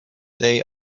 they